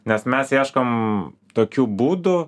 nes mes ieškom tokių būdų